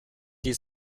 die